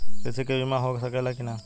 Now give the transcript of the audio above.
कृषि के बिमा हो सकला की ना?